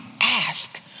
ask